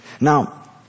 Now